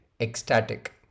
ecstatic